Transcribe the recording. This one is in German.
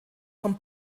vom